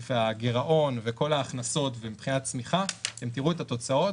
הגירעון וכל ההכנסות מבחינת צמיחה אתם תראו את התוצאות.